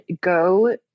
go